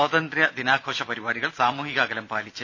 സ്വാതന്ത്ര്യ ദിനാഘോഷ പരിപാടികൾ സാമൂഹിക അകലം പാലിച്ച്